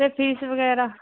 ਅਤੇ ਫੀਸ ਵਗੈਰਾ